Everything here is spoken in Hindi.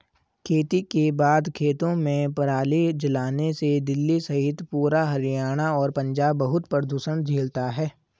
खेती के बाद खेतों में पराली जलाने से दिल्ली सहित पूरा हरियाणा और पंजाब बहुत प्रदूषण झेलता है